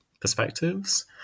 perspectives